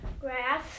grass